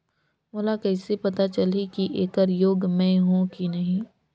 मोला कइसे पता चलही की येकर योग्य मैं हों की नहीं?